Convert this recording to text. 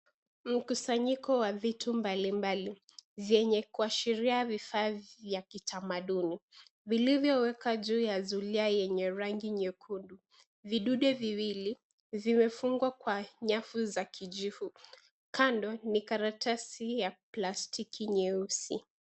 Mkusanyiko wa vitu mbalimbali, vyenye kuashiria vifaa vya kitamaduni, vilivyowekwa juu ya zulia yenye rangi nyekundu. Vidude viwili, vimefungwa kwa nyavu za kijivu. Kando, ni karatasi ya plastiki nyeusi.